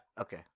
Okay